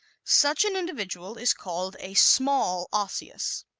such an individual is called a small osseous.